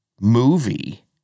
movie